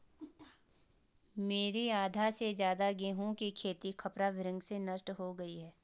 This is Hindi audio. मेरी आधा से ज्यादा गेहूं की खेती खपरा भृंग से नष्ट हो गई